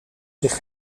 zich